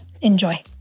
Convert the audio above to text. Enjoy